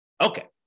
Okay